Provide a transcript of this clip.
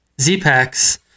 Z-Packs